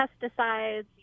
pesticides